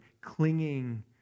clinging